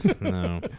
No